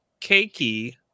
Cakey